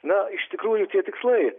na iš tikrųjų tie tikslai